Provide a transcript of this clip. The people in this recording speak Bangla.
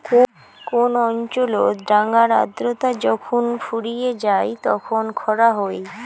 কোন অঞ্চলত ডাঙার আর্দ্রতা যখুন ফুরিয়ে যাই তখন খরা হই